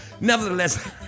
Nevertheless